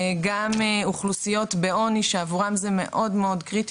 גם לאוכלוסיות בעוני שעבורם זה מאוד קריטי.